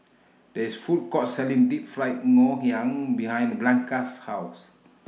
There IS A Food Court Selling Deep Fried Ngoh Hiang behind Blanca's House